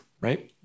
right